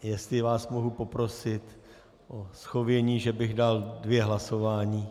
Jestli vás mohu poprosit o shovění, že bych dal dvě hlasování.